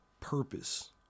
Purpose